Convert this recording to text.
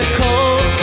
cold